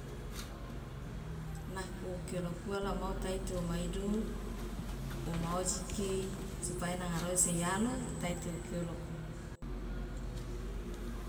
Nako okilokua la mau taiti woma idu woma ojiki supaya nanga roese ialo itaiti wo kioloko.